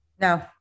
No